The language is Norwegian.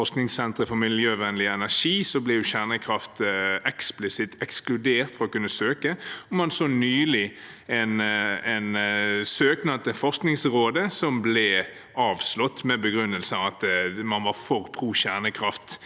forskningssentre for miljøvennlig energi, ble kjernekraft eksplisitt ekskludert fra å kunne søke. Man så nylig en søknad til Forskningsrådet, som ble avslått med begrunnelsen at man var for pro kjernekraft